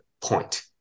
point